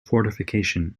fortification